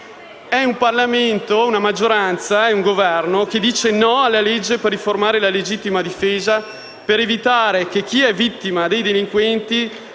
un Parlamento, una maggioranza e un Governo che dicono «no» alla legge per riformare la legittima difesa, per evitare che chi è vittima dei delinquenti